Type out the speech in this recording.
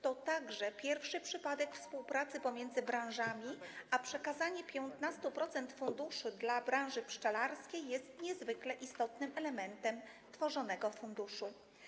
To także pierwszy przypadek współpracy pomiędzy branżami, a przekazanie 15% funduszu dla branży pszczelarskiej jest niezwykle istotnym elementem tworzonego funduszu.